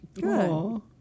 Good